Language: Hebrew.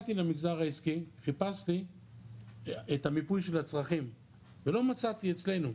כשהגעתי למגזר העסקי חיפשתי את המיפוי של הצרכים ולא מצאתי אצלנו.